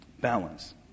Balance